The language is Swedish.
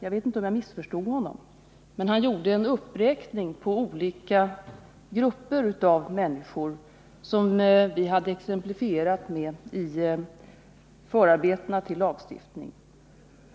Jag vet inte om jag missförstod Sten Sture Paterson, men han gjorde en uppräkning av olika grupper av människor som vi hade exemplifierat med i förarbetena till lagstiftningen.